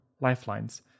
Lifelines